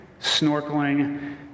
snorkeling